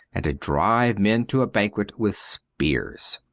and to drive men to a banquet with spears.